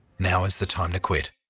now is the time to quit.